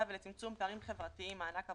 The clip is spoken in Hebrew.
ולצמצום פערים חברתיים (מענק עבודה).